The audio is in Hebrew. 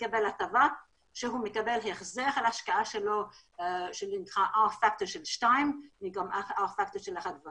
המתווה הגיע והיה אסור לחתום על